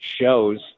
shows